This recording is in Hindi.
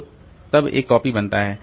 तो तब एक कॉपी बनता है